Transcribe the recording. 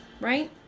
right